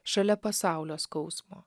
šalia pasaulio skausmo